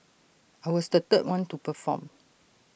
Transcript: I was the third one to perform